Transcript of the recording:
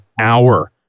hour